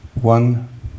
One